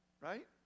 Right